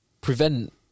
prevent